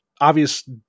obvious